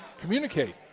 communicate